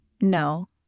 No